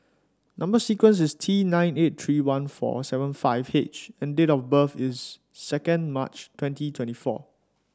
number sequence is T nine eight three one four seven five H and date of birth is second March twenty twenty four